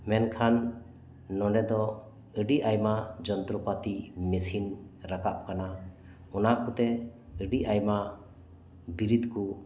ᱢᱮᱱᱠᱷᱟᱱ ᱱᱚᱰᱮᱫᱚ ᱟᱹᱰᱤ ᱟᱭᱢᱟ ᱡᱚᱱᱛᱨᱚ ᱯᱟᱹᱛᱤ ᱢᱮᱥᱤᱱ ᱨᱟᱠᱟᱵ ᱟᱠᱟᱱᱟ ᱚᱱᱟᱠᱩᱛᱮ ᱟᱹᱰᱤ ᱟᱭᱢᱟ ᱵᱤᱨᱤᱛ ᱠᱩ